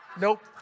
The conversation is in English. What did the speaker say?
Nope